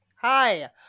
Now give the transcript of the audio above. Hi